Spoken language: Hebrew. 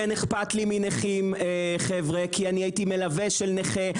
כן אכפת לי מנכים, חבר'ה, כי הייתי מלווה של נכה.